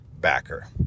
backer